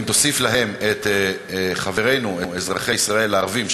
אם תוסיף עליהם את חברינו אזרחי ישראל הערבים,